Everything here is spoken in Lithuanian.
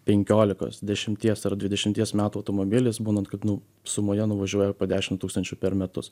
penkiolikos dešimties ar dvidešimties metų automobilis būnant kad nu sumoje nuvažiuoja po dešim tūkstančių per metus